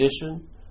condition